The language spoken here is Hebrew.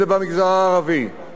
כהכרזת מלחמה,